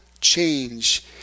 change